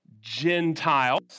Gentiles